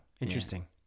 interesting